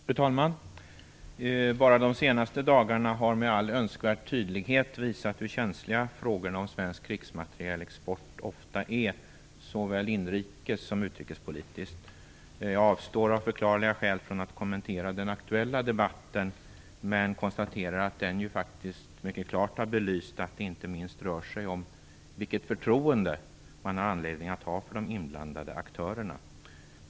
Fru talman! Bara de senaste dagarna har med all önskvärd tydlighet visat hur känsliga frågorna om svensk krigsmaterielexport ofta är - såväl inrikespolitiskt som utrikespolitiskt. Jag avstår av förklarliga skäl från att kommentera den aktuella debatten men konstaterar att den faktiskt mycket klart har belyst att det inte minst rör sig om vilket förtroende man har anledning att ha för de inblandade aktörerna.